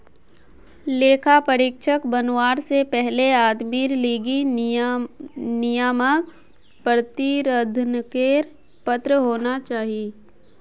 लेखा परीक्षक बनवा से पहले आदमीर लीगी नियामक प्राधिकरनेर पत्र होना जरूरी हछेक